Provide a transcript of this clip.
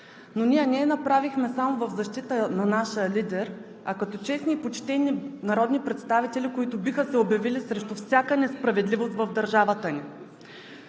Но ние не я направихме само в защита на нашия лидер, а като честни и почтени народни представители, които биха се обявили срещу всяка несправедливост в държавата ни.